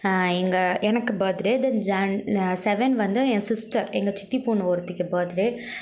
எங்கள் எனக்கு birthday ten Jan seven வந்து என் சிஸ்டர் எங்கள் சித்தி பொண்ணு ஒருத்திக்கு பர்த்டே